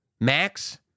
max